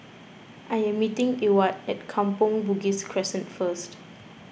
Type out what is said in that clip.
I am meeting Ewart at Kampong Bugis Crescent first